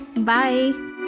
Bye